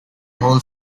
whole